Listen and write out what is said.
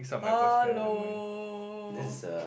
hello